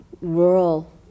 rural